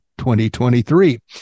2023